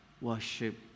worship